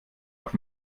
auf